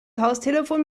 haustelefon